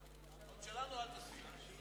את שלנו אל תסיר.